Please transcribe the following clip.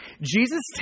Jesus